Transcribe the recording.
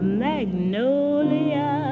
magnolia